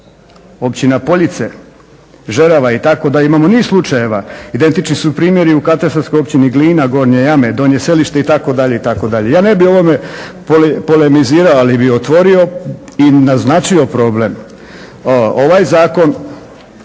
općina Poljice, Žerava i tako, da imamo niz slučajeva. Identični su primjeri u katastarskoj općini Glina, Gornje Jame, Donje Selište itd.. Ja ne bih o ovome polemizirao ali bih otvorio i naznačio problem. Ovaj Zakon,